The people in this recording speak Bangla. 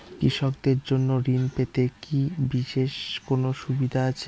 কৃষকদের জন্য ঋণ পেতে কি বিশেষ কোনো সুবিধা আছে?